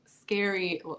scary